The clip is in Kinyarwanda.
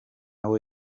rose